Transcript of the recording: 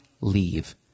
leave